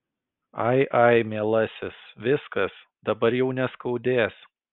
ai ai mielasis viskas dabar jau neskaudės